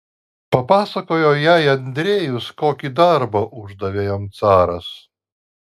papasakojo jai andrejus kokį darbą uždavė jam caras